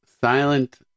silent